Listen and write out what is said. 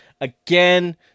again